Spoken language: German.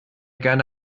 gerne